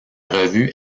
revue